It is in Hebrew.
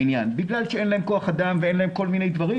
בגלל שאין להם כוח אדם ואין להם כל מיני דברים,